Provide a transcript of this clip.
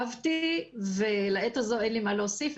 עקבתי ולעת הזאת אין לי מה להוסיף,